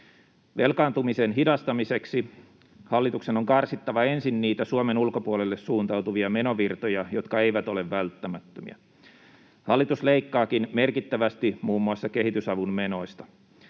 Velkaantumisen hidastamiseksi hallituksen on karsittava ensin niitä Suomen ulkopuolelle suuntautuvia menovirtoja, jotka eivät ole välttämättömiä. Hallitus leikkaakin merkittävästi muun muassa kehitysavun menoista,